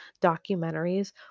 documentaries